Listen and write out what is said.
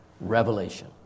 revelation